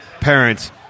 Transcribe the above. parents